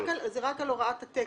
אתה מדבר רק על הוראות התקן.